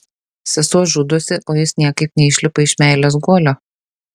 sesuo žudosi o jis niekaip neišlipa iš meilės guolio